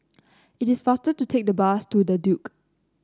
it is faster to take the bus to The Duke